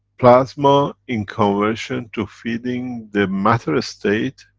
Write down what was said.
plasma, in conversion to feeding the matter-state,